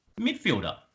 midfielder